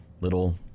little